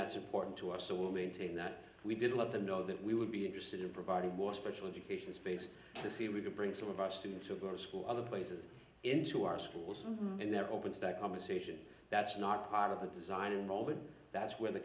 that's important to us so we're maintaining that we did let them know that we would be interested in providing more special education space to see if we could bring some of our students to go to school other places into our schools and in their open start conversation that's not part of the design and role but that's where the